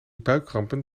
buikkrampen